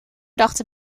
dachten